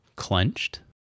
Clenched